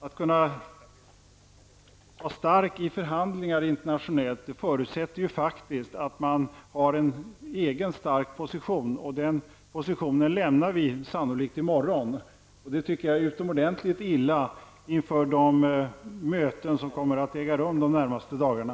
Att vara stark i internationella förhandlingar förutsätter faktiskt att man har en egen stark position och den positionen lämnar vi sannolikt i morgon. Detta är, enligt min mening, utomordentligt illa inför de möten som kommer att äga rum de närmaste dagarna.